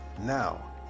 now